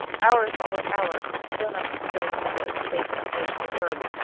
hour followed hour, and still nothing stirred in the wood save an occasional bird.